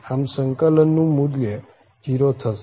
આમ સંકલનનું મુલ્ય 0 થશે